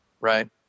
Right